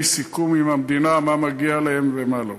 סיכום עם המדינה מה מגיע להם ומה לא.